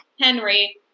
Henry